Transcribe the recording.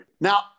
now